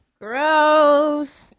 Gross